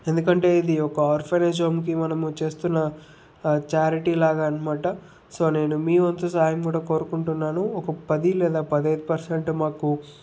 ఎందుకంటే ఇది ఒక ఆర్ఫనైజ్ హోమ్కి మనము చేస్తున్న ఛారిటీలాగా అనమాట సో నేను మీ వంతు సాయం కూడా కోరుకుంటున్నాను ఒక పది లేదా పదహైదు పర్సెంట్ మాకు